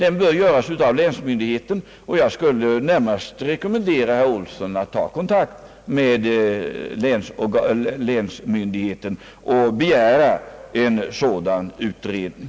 Den bör då göras av länsmyndigheten, och jag skall närmast rekommendera herr Olsson att ta kontakt med länsmyndigheten och begära en sådan utredning.